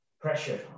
pressure